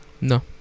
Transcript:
No